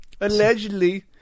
allegedly